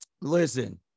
listen